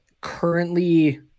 currently